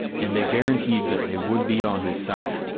and they guaranteed that they would be on his side.